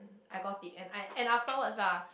I got it and I and afterwards ah